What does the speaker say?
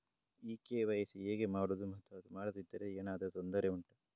ಈ ಕೆ.ವೈ.ಸಿ ಹೇಗೆ ಮಾಡುವುದು ಮತ್ತು ಅದು ಮಾಡದಿದ್ದರೆ ಏನಾದರೂ ತೊಂದರೆ ಉಂಟಾ